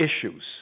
issues